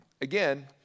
again